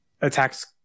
attacks